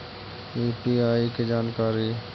UPI के जानकारी?